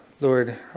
Lord